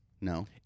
No